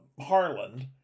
Harland